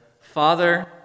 Father